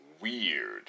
weird